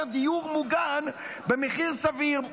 למשל על ידי חקיקה שתאפשר דיור מוגן במחיר סביר.